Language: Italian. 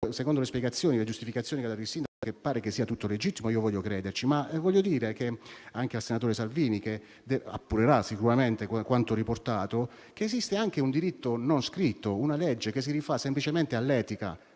Secondo le spiegazioni e le giustificazioni che ha dato il sindaco, pare che sia tutto legittimo e io voglio crederci. Ma vorrei dire al senatore Salvini, che appurerà sicuramente quanto riportato, che esiste anche un diritto non scritto, una legge che si rifà semplicemente all'etica